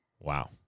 Wow